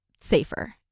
safer